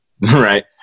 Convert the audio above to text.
right